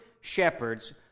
shepherds